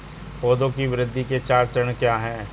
पौधे की वृद्धि के चार चरण क्या हैं?